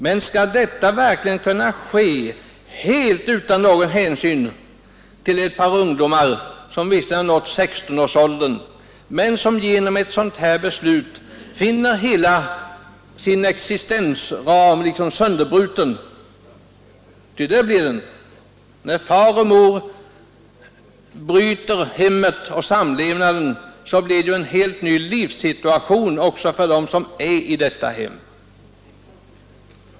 Men skall detta verkligen kunna ske helt utan hänsyn till ett par ungdomar som visserligen nått 16-årsåldern men som genom ett sådant här beslut finner hela sin existensram sönderbruten? Ty det blir den när far och mor bryter samlevnaden — då blir det ju en helt ny livssituation för barnen i detta hem.